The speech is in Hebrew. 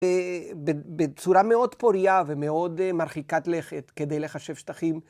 בצורה מאוד פוריה ומאוד מרחיקת לכת כדי לחשב שטחים.